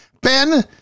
Ben